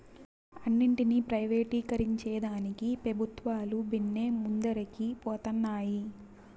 అన్నింటినీ ప్రైవేటీకరించేదానికి పెబుత్వాలు బిన్నే ముందరికి పోతన్నాయి